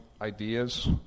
ideas